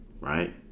right